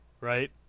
right